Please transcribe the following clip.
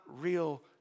real